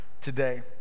today